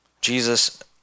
Jesus